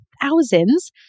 thousands